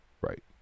Right